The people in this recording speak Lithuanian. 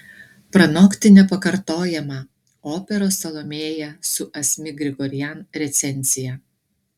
pranokti nepakartojamą operos salomėja su asmik grigorian recenzija